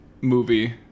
movie